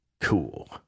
Cool